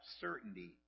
certainty